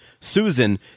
susan